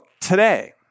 today